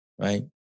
Right